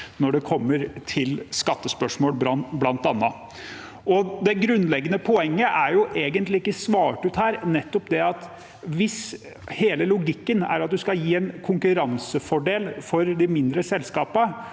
når det gjelder skattespørsmål, bl.a. Det grunnleggende poenget er egentlig ikke svart ut her, og det er nettopp at hvis hele logikken er at man skal gi en konkurransefordel for de mindre selskapene,